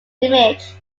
image